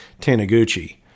Taniguchi